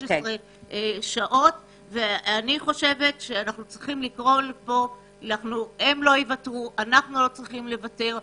אני חושבת שאנחנו לא צריכים לוותר וגם המתמחים לא צריכים לוותר.